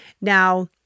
Now